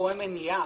רואה מניעה